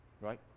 right